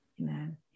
Amen